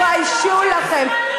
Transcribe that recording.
תתביישו לכם.